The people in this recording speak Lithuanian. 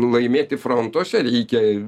laimėti frontuose reikia